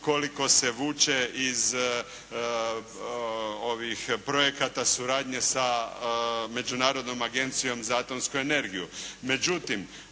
koliko se vuče iz ovih projekata suradnje sa Međunarodnom agencijom za atomsku energiju.